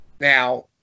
Now